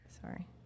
Sorry